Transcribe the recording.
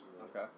Okay